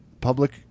public